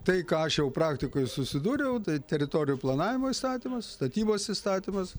tai ką aš jau praktikoj susidūriau tai teritorijų planavimo įstatymas statybos įstatymas